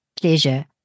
pleasure